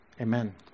Amen